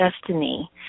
Destiny